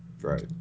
Right